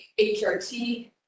HRT